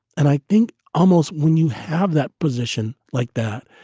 and i think almost when you have that position like that,